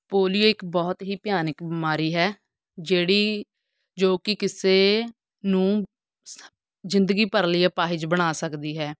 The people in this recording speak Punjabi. ਪੋਲੀਓ ਇੱਕ ਬਹੁਤ ਹੀ ਭਿਆਨਕ ਬਿਮਾਰੀ ਹੈ ਜਿਹੜੀ ਜੋ ਕਿ ਕਿਸੇ ਨੂੰ ਜ਼ਿੰਦਗੀ ਭਰ ਲਈ ਅਪਾਹਜ ਬਣਾ ਸਕਦੀ ਹੈ